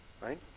Right